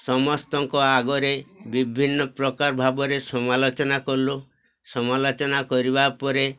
ସମସ୍ତଙ୍କ ଆଗରେ ବିଭିନ୍ନ ପ୍ରକାର ଭାବରେ ସମାଲୋଚନା କଲୁ ସମାଲୋଚନା କରିବା ପରେ